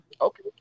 okay